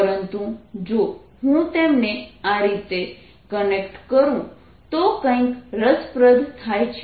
પરંતુ જો હું તેમને આ રીતે કનેક્ટ કરું તો કંઈક રસપ્રદ થાય છે